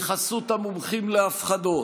בחסות המומחים להפחדות,